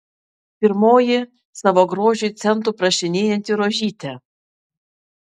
pirmoji savo grožiui centų prašinėjanti rožytė